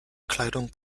kleidung